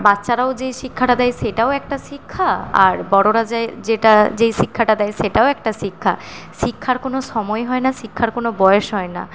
বাচ্চারাও যেই শিক্ষাটা দেয় সেটাও একটা শিক্ষা আর বড়োরা যে যেটা যেই শিক্ষাটা দেয় সেটাও একটা শিক্ষা শিক্ষার কোনো সময় হয় না শিক্ষার কোনো বয়স হয় না